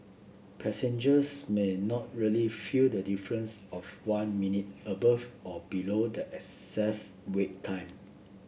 passengers may not really feel the difference of one minute above or below the excess wait time